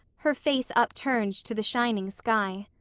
her face upturned to the shining sky.